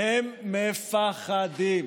הם מ-פ-ח-דים.